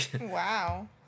Wow